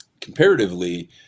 comparatively